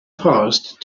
passed